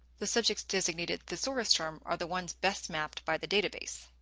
the subjects designated thesaurus term are the ones best mapped by the database.